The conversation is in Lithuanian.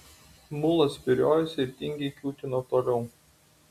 mulas spyriojosi ir tingiai kiūtino toliau